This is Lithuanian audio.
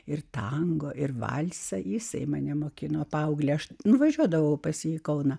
ir tango ir valsą jisai mane mokino paauglį aš nuvažiuodavau pas jį į kauną